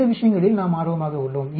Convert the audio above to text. இந்த விஷயங்களில் நாம் ஆர்வமாக உள்ளோம்